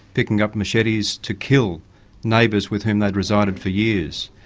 picking up machetes to kill neighbours with whom they'd resided for years.